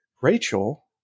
rachel